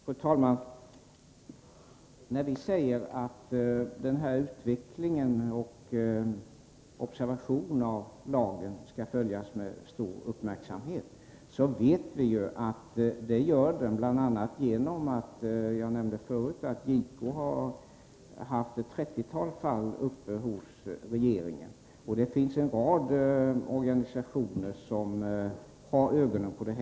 Fru talman! När vi säger att utvecklingen på området skall följas med stor uppmärksamhet, vet vi att så sker. Jag nämnde förut att JK har haft ett trettiotal fall uppe hos regeringen, och det finns en rad organisationer som har ögonen på detta.